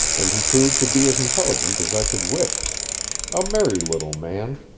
and he proved to be as intelligent as i could wish a merry little man,